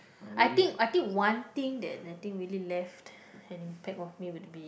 I think I think one thing that I think really left an impact of me would be